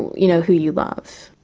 you know who you love.